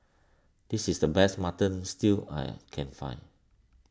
this is the best Mutton Stew I'll can find